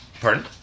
Pardon